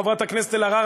חברת הכנסת אלהרר,